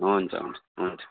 हुन्छ हुन्छ हुन्छ